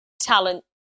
talent